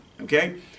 Okay